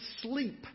sleep